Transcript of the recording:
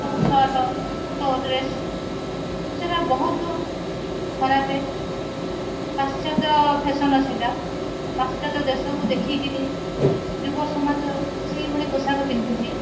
ସବୁ ସର୍ଟ ଛୋଟ ଡ୍ରେସ୍ ସେଟା ବହୁତ ଖରାପ ପାଶ୍ଚାତ୍ୟ ଫେସନ୍ ସେଟା ପାଶ୍ଚାତ୍ୟ ଦେଶକୁ ଦେଖିକରି ଯୁବ ସମାଜ ସେଇଭଳି ପୋଷାକ ପିନ୍ଧୁଛି